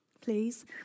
please